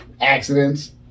accidents